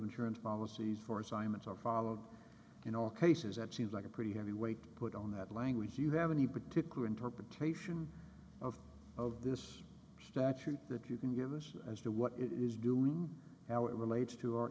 insurance policies for assignments are followed in all cases that seems like a pretty heavy weight put on that language you have any particular interpretation of of this statute that you can give us as to what it is doing now it relates to our